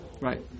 right